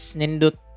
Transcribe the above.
nindut